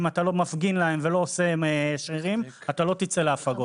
אם אתה לא מפגין ועושה להם שרירים אתה לא תצא להפגות.